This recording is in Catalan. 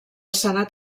senat